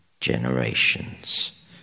generations